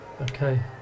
Okay